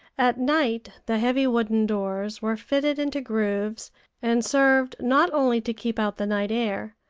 at night the heavy wooden doors were fitted into grooves and served not only to keep out the night air,